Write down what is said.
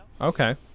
Okay